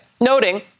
noting